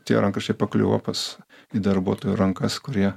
tie rankraščiai pakliuvo pas į darbuotojų rankas kurie